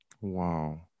Wow